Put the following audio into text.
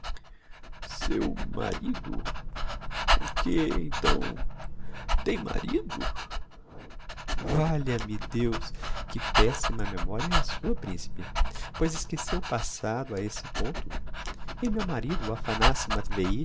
seu marido com que então tem marido valha-me deus que pessima memoria é a sua principe pois esqueceu o passado a esse ponto e meu marido o aphanassi